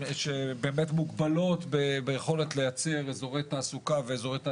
שבאמת מוגבלות ביכולת להציע איזורי תעסוקה ואיזורי תעשייה.